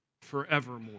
forevermore